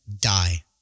die